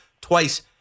twice